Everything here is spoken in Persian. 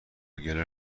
گلر